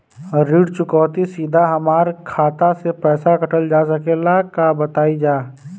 ऋण चुकौती सीधा हमार खाता से पैसा कटल जा सकेला का बताई जा?